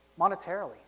monetarily